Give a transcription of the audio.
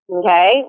okay